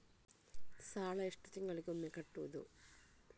ಸಾಲ ಎಷ್ಟು ತಿಂಗಳಿಗೆ ಒಮ್ಮೆ ಕಟ್ಟುವುದು?